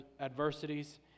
adversities